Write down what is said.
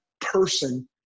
person